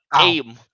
Aim